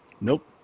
Nope